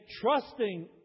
trusting